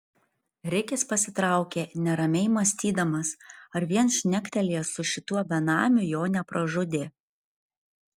rikis pasitraukė neramiai mąstydamas ar vien šnektelėjęs su šituo benamiu jo nepražudė